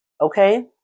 Okay